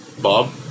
Bob